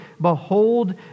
behold